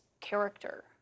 character